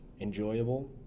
enjoyable